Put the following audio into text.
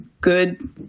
good